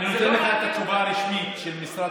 אני אתן לך את התגובה הרשמית של משרד